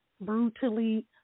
brutally